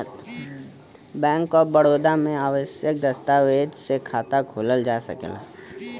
bank of Baroda में आवश्यक दस्तावेज से खाता खोलल जा सकला